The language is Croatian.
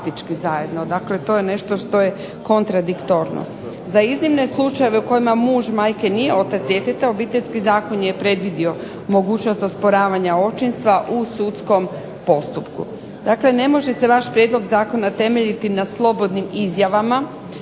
Dakle, ne može se vaš prijedlog zakona temeljiti na slobodnim izjavama